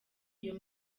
iyo